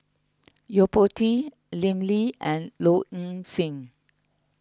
Yo Po Tee Lim Lee and Low Ing Sing